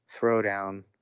Throwdown